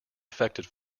affected